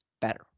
better